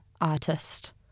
artist